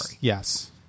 Yes